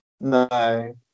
No